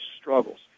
struggles